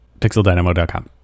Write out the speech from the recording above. Pixeldynamo.com